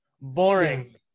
boring